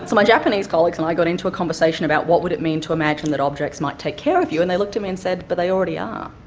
so my japanese colleagues and i got into a conversation about what would it mean to imagine that objects might take care of you, and they looked at me and said, but they already are.